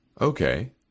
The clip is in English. Okay